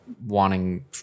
wanting